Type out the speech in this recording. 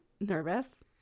nervous